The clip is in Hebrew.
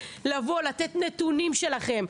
לבוא ולתת נתונים שלכם,